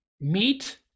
meat